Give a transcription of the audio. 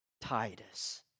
Titus